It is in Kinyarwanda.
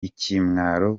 ikimwaro